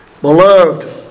beloved